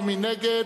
ומי נגד?